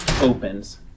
opens